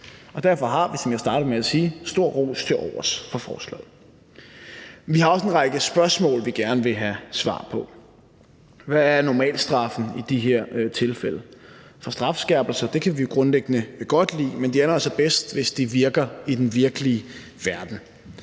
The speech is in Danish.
derfor har vi, som jeg startede med at sige, stor ros til overs for forslaget. Men vi har også en række spørgsmål, som vi gerne vil have svar på. Hvad er normalstraffen i de her tilfælde? For strafskærpelser kan vi jo grundlæggende godt lide, men det er nu altså bedst, hvis det virker i den virkelige verden.